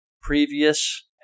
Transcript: previous